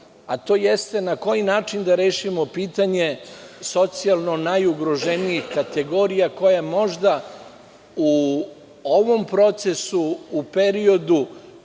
a to jeste na koji način da rešimo pitanje socijalno najugroženijih kategorija, koje možda u ovom procesu, u periodu